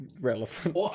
relevant